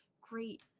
great